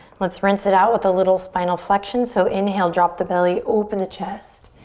let's rinse it out with a little spinal flexion. so inhale, drop the belly, open the chest.